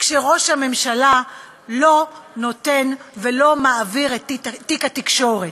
שראש הממשלה לא נותן ולא מעביר את תיק התקשורת?